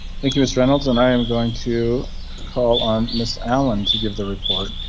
thank you miss reynolds and i am going to call on miss allen to give the report.